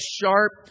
sharp